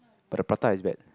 but the prata is bad